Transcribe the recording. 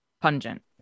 pungent